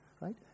right